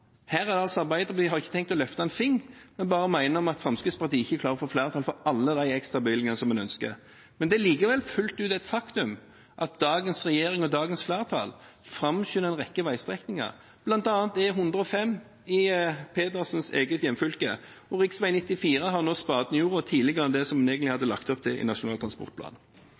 Her har altså Arbeiderpartiet ikke tenkt å løfte en finger, men bare mene noe om at Fremskrittspartiet ikke klarer å få flertall for alle de ekstrabevilgningene som en ønsker. Men det er likevel fullt ut et faktum at dagens regjering og dagens flertall framskynder en rekke veistrekninger, bl.a. E105 i Pedersens eget hjemfylke, og rv. 94 har nå spaden i jorda tidligere enn det som en egentlig